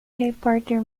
repórter